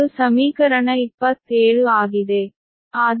ಇದು ಸಮೀಕರಣ 27 ಆಗಿದೆ